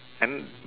and